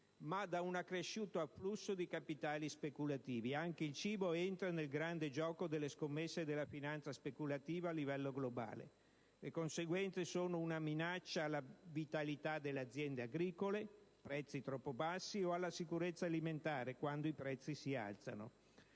ma da un accresciuto afflusso di capitali speculativi. Anche il cibo entra nel grande gioco delle scommesse della finanza speculativa a livello globale. Le conseguenze sono una minaccia alla vitalità delle aziende agricole (prezzi troppo bassi) e alla sicurezza alimentare, quando i prezzi aumentano.